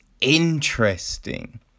interesting